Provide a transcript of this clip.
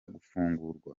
gufungurwa